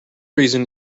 reason